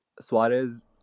Suarez